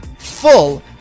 full